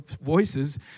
voices